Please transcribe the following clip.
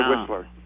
Whistler